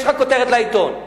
יש לך כותרת לעיתון.